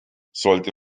sollte